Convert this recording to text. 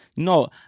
No